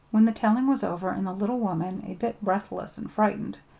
when the telling was over, and the little woman, a bit breathless and frightened,